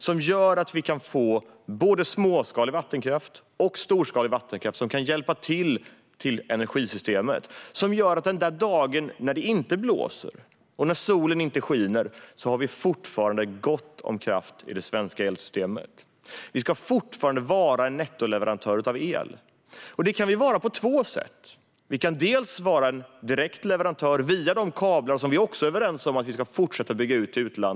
Det gör att vi kan få både småskalig och storskalig vattenkraft som kan bidra till energisystemet och göra att vi den dag det inte blåser och solen inte skiner fortfarande har gott om kraft i det svenska elsystemet. Vi ska fortfarande vara en nettoleverantör av el, och det kan vi vara på två sätt. Dels ska vi vara en direkt leverantör via de kablar till utlandet som vi är överens om att vi ska fortsätta bygga ut.